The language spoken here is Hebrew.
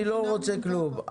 אני לא רוצה כלום.